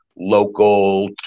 Local